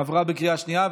עברה בקריאה שנייה.